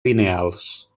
lineals